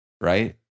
right